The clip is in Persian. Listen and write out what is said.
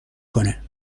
کنه